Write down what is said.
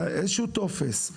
איזשהו טופס,